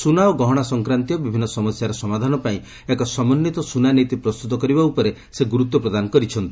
ସୁନା ଓ ଗହଶା ସଂକ୍ରାନ୍ତୀୟ ବିଭିନ୍ନ ସମସ୍ୟାର ସମାଧାନ ପାଇଁ ଏକ ସମନ୍ୱିତ ସୁନା ନୀତି ପ୍ରସ୍ତୁତ କରିବା ଉପରେ ସେ ଗୁରୁତ୍ୱ ପ୍ରଦାନ କରିଛନ୍ତି